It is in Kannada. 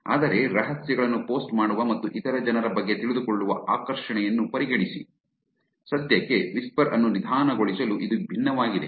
ಆದರೆ ರಹಸ್ಯಗಳನ್ನು ಪೋಸ್ಟ್ ಮಾಡುವ ಮತ್ತು ಇತರ ಜನರ ಬಗ್ಗೆ ತಿಳಿದುಕೊಳ್ಳುವ ಆಕರ್ಷಣೆಯನ್ನು ಪರಿಗಣಿಸಿ ಸದ್ಯಕ್ಕೆ ವಿಸ್ಪರ್ ಅನ್ನು ನಿಧಾನಗೊಳಿಸಲು ಇದು ಭಿನ್ನವಾಗಿದೆ